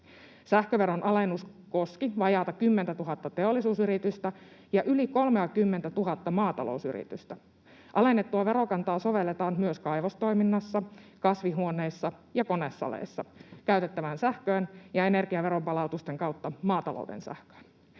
Sähköveron alennus koski vajaata 10 000:ta teollisuusyritystä ja yli 30 000:ta maatalousyritystä. Alennettua verokantaa sovelletaan myös kaivostoiminnassa, kasvihuoneissa ja konesaleissa käytettävään sähköön ja energiaveronpalautusten kautta maatalouden sähköön.